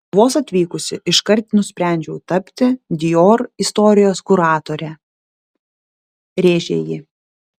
vos atvykusi iškart nusprendžiau tapti dior istorijos kuratore rėžė ji